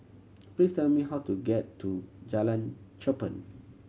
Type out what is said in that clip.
please tell me how to get to Jalan Cherpen